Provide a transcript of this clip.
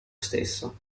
stesso